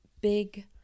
big